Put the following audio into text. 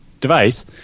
device